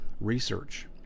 research